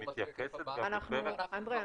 היא מתייחסת גם --- אנדרי,